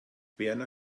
werner